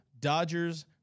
Dodgers